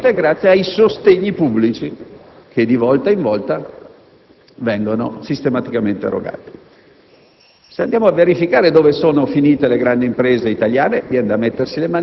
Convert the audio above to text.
un grande debito: esse vivono esclusivamente grazie ai sostegni pubblici che, di volta in volta, vengono sistematicamente erogati.